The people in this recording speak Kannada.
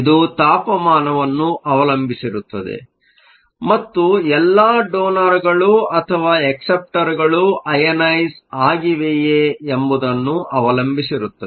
ಇದು ತಾಪಮಾನವನ್ನು ಅವಲಂಬಿಸಿರುತ್ತದೆ ಮತ್ತು ಎಲ್ಲಾ ಡೋನರ್ಗಳು ಅಥವಾ ಅಕ್ಸೆಪ್ಟರ್ಗಳು ಅಯುನೈಸ಼್ ಆಗಿವಿಯೇ ಎಂಬುದನ್ನು ಅವಲಂಬಿಸಿರುತ್ತದೆ